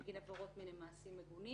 בגין עבירות מין למעשים מגונים,